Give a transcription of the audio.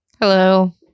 Hello